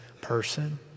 person